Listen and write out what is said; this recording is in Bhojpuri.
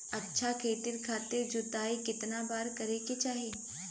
अच्छा खेती खातिर जोताई कितना बार करे के चाही?